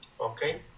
okay